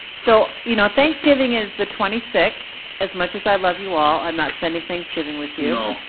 so, you know, thanksgiving is the twenty sixth, as much as i love you all. i'm not spending thanksgiving with you.